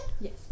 Yes